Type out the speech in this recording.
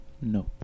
No